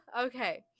Okay